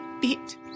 beat